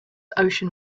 ocean